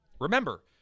Remember